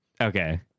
Okay